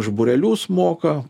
už būrelius moka